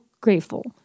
grateful